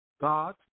God